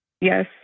yes